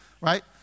right